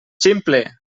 ximple